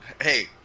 Hey